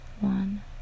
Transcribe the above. One